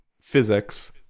physics